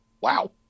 wow